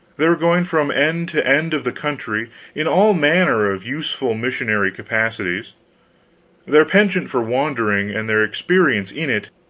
they were going from end to end of the country in all manner of useful missionary capacities their penchant for wandering, and their experience in it,